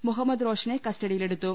മുഹമ്മദ് റോഷനെ കസ്റ്റഡിയിലെടുത്തു